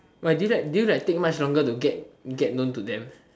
do you do you take much longer to get to get known to them